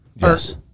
yes